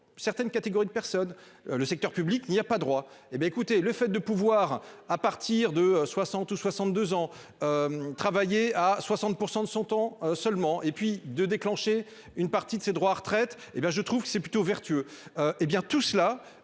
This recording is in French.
certaines catégories de personnes le secteur public n'y a pas droit. Hé bien, écoutez, le fait de pouvoir à partir de 60 ou 62 ans. Travailler à 60% de son temps seulement et puis de déclencher une partie de ses droits à retraite et ben je trouve que c'est plutôt vertueux. Eh bien